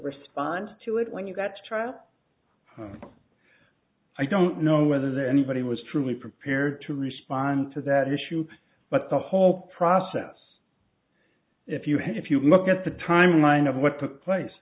respond to it when you got to trial i don't know whether that anybody was truly prepared to respond to that issue but the whole process if you had if you look at the timeline of what took place